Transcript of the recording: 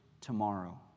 tomorrow